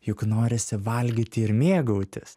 juk norisi valgyti ir mėgautis